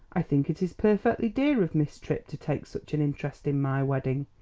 i think it is perfectly dear of miss tripp to take such an interest in my wedding.